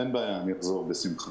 אין בעיה, אני אחזור בשמחה.